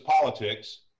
politics